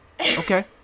Okay